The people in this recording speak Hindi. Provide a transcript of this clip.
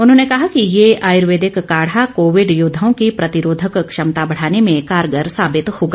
उन्होंने केहा कि ये आयुर्वेदिक काढ़ा कोविड योद्वाओं की प्रतिरोधक क्षमता बढ़ाने में कारगर साबित होगा